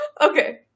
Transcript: Okay